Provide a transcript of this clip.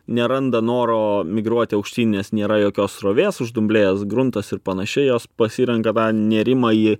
neranda noro migruoti aukštyn nes nėra jokios srovės uždumblėjęs gruntas panašiai jos pasirenka nėrimą į